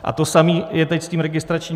A to samé je teď s tím registračním .